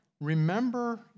Remember